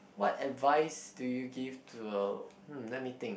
what advice do you give to uh let me think